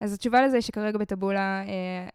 אז התשובה לזה שכרגע בטבולה...